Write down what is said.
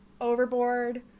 overboard